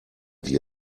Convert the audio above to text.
wie